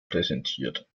präsentiert